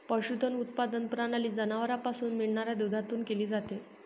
पशुधन उत्पादन प्रणाली जनावरांपासून मिळणाऱ्या दुधातून केली जाते